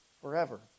forever